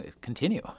continue